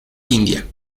india